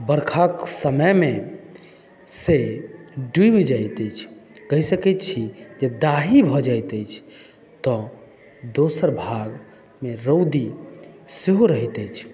वर्षाक समयमे से डूबि जाइत अछि कहि सकै छी जे दाही भऽ जाइत अछि तऽ दोसर भागमे रौदी सेहो रहैत अछि